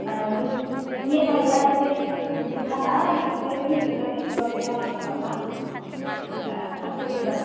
नोंनि हाइटआ एसे गुसुं नालाय ओंखायनो गोजौ जानायनि यगाखौ खालामबाय थाब्ला थाब गोजौ जागोन आरो